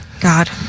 God